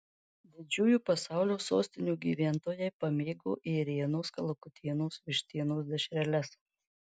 didžiųjų pasaulio sostinių gyventojai pamėgo ėrienos kalakutienos vištienos dešreles